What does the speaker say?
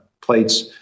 plates